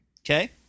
Okay